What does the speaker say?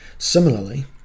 similarly